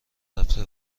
رفته